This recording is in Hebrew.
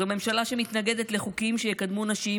זו ממשלה שמתנגדת לחוקים שיקדמו נשים,